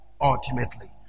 ultimately